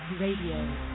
Radio